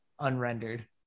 unrendered